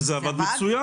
וזה עבד מצוין,